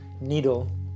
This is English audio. needle